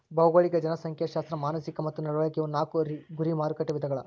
ಭೌಗೋಳಿಕ ಜನಸಂಖ್ಯಾಶಾಸ್ತ್ರ ಮಾನಸಿಕ ಮತ್ತ ನಡವಳಿಕೆ ಇವು ನಾಕು ಗುರಿ ಮಾರಕಟ್ಟೆ ವಿಧಗಳ